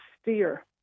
steer